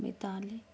Mithali